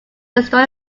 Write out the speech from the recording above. destroy